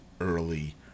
early